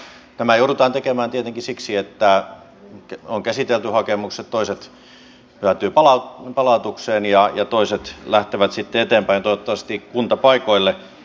tämä joudutaan tietenkin tekemään siksi että on käsitelty hakemukset toiset päätyvät palautukseen ja toiset lähtevät sitten eteenpäin toivottavasti kuntapaikoille